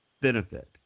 benefit